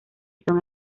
son